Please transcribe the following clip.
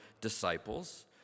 disciples